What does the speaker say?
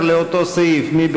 10, לאותו סעיף.